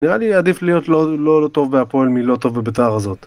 נראה לי עדיף להיות לא טוב בהפועל מלא טוב בביתר הזאת